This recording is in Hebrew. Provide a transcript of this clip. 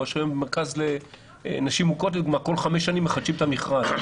מכרז למרכז לנשים מוכות כאשר כל חמש שנים מחדשים את המכרז.